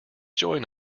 join